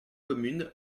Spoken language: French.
communes